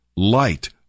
LIGHT